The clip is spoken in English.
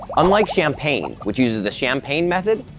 unlike champagne which uses the champagne method,